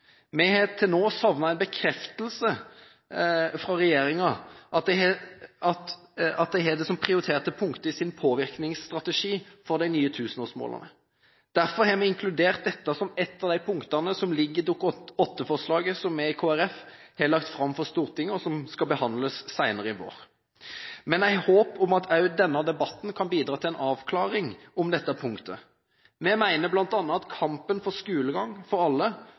Vi har til nå savnet en bekreftelse fra regjeringen på at de har dette som prioriterte punkter i sin påvirkningsstrategi for de nye tusenårsmålene. Derfor har vi inkludert dette som ett av de punktene som ligger i det Dokument 8-forslaget som vi fra Kristelig Folkeparti har lagt fram for Stortinget, og som skal behandles senere i vår. Men jeg har håp om at også denne debatten kan bidra til en avklaring av dette punktet. Vi mener bl.a. at kampen for skolegang for alle